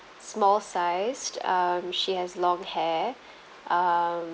small sized um she has long hair um